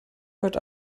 heute